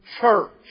church